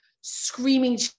screaming